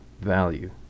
value